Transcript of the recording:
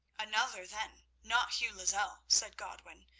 another, then not hugh lozelle, said godwin,